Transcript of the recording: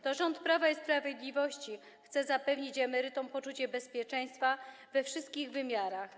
To rząd Prawa i Sprawiedliwości chce zapewnić emerytom poczucie bezpieczeństwa we wszystkich wymiarach.